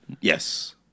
Yes